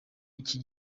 iki